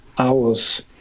Hours